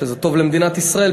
שזה טוב למדינת ישראל,